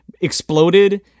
exploded